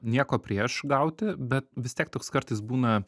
nieko prieš gauti bet vis tiek toks kartais būna